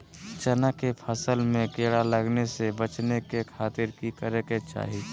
चना की फसल में कीड़ा लगने से बचाने के खातिर की करे के चाही?